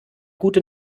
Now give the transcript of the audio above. gute